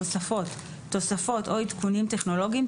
הוספת תוספות או עדכונים טכנולוגיים,